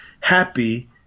happy